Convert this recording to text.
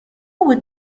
would